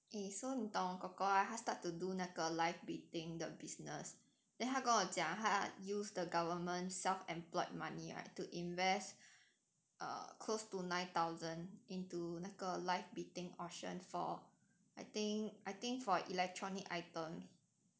eh so 你懂我 kor kor ah 他 start to do 那个 live bidding 的 business then 他跟我讲他 use the government self-employed money right to invest err close to nine thousand into 那个 live bidding portion for I think I think electronic item